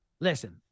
listen